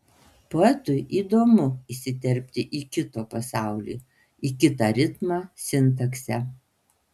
poetui įdomu įsiterpti į kito pasaulį į kitą ritmą sintaksę